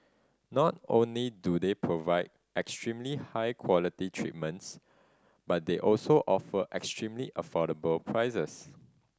not only do they provide extremely high quality treatments but they also offer extremely affordable prices